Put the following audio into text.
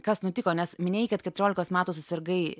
kas nutiko nes minėjai kad keturiolikos metų susirgai